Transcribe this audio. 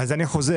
אז אני חוזר.